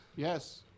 Yes